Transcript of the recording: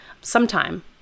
sometime